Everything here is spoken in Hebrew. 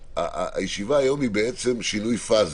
הישיבה היום היא שינוי פאזה,